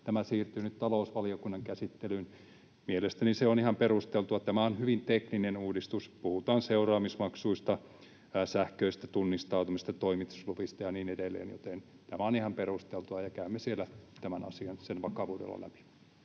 tämä siirtyy nyt talousvaliokunnan käsittelyyn, niin mielestäni se on ihan perusteltua. Tämä on hyvin tekninen uudistus, puhutaan seuraamismaksuista, sähköisestä tunnistautumisesta, toimitusluvista ja niin edelleen. Joten tämä on ihan perusteltua, ja käymme siellä tämän asian sen vakavuudella läpi.